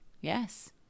Yes